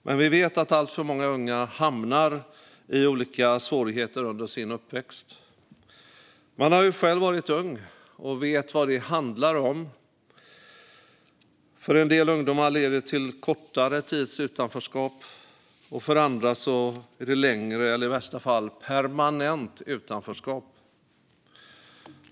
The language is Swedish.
Men vi vet att alltför många unga hamnar i olika svårigheter under sin uppväxt. Man har ju själv varit ung och vet vad det handlar om. För en del ungdomar leder det till en kortare tids utanförskap, medan det för andra blir ett längre eller i värsta fall ett permanent utanförskap.